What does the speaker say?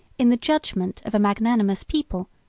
in the judgment of a magnanimous people,